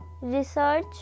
Research